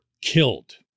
killed